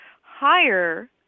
higher